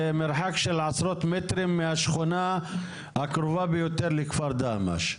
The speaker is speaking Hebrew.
זה מרחק של עשרות מטרים מהשכונה הקרובה ביותר לכפר דהמש.